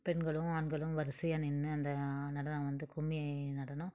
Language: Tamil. பெண்களும் ஆண்களும் வரிசையா நின்று அந்த நடனம் வந்து கும்மி நடனம்